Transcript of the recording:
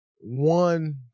one